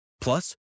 Plus